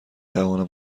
توانم